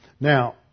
Now